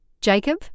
Jacob